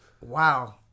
Wow